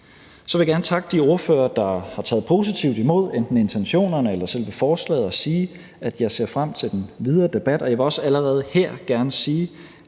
Så vil jeg gerne takke de ordførere, der har taget positivt imod enten intentionerne eller selve forslaget, og sige, at jeg ser frem til den videre debat, og jeg vil også allerede her ved